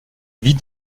vit